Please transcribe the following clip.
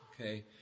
Okay